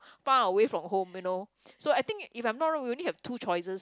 far away from home you know so I think if I'm not wrong we only have two choices